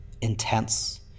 intense